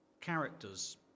characters